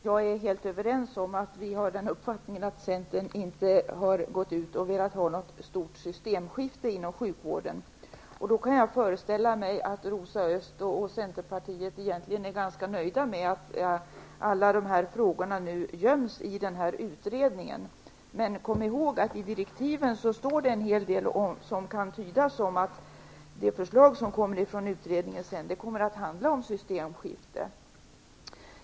Herr talman! Rosa Östh och jag är överens om att Centern inte har velat ha ett stort systemskifte inom sjukvården. Jag kan föreställa mig att Rosa Östh och Centerpartiet egentligen är ganska nöjda med att alla dessa frågor nu göms i den här utredningen. Men kom ihåg att i direktiven står en hel del som kan tydas som att det förslag som skall komma från utredningen kommer att handla om systemskifte.